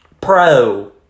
pro